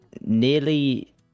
nearly